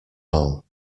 hall